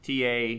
TA